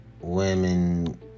women